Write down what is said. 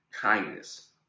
kindness